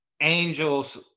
Angel's